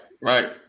Right